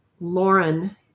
Lauren